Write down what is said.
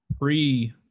pre